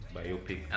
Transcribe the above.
biopic